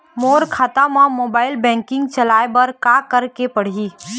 मोर खाता मा mobile banking चलाए बर का करेक पड़ही?